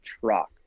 truck